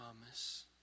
promise